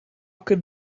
could